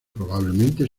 probablemente